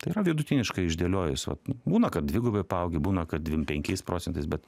tai yra vidutiniškai išdėliojus va būna kad dvigubai paaugi būna kad dvim penkiais procentais bet